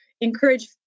encourage